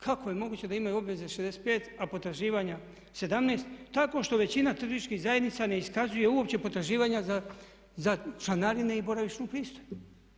Kako je moguće da imaju obveze 65 a potraživanja 17 tako što većina turističkih zajednica ne iskazuje uopće potraživanja za članarine i boravišnu pristojbu?